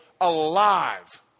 alive